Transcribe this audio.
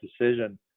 decision